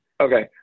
Okay